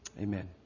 Amen